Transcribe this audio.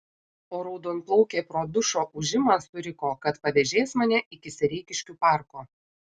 o raudonplaukė pro dušo ūžimą suriko kad pavėžės mane iki sereikiškių parko